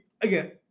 Again